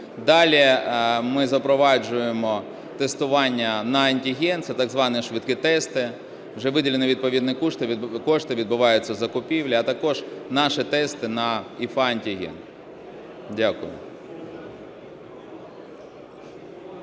Далі ми запроваджуємо тестування на антиген, це так звані швидкі тести, вже виділені відповідні кошти, відбуваються закупівлі, а також наші тести на ІФА-антиген. Дякую.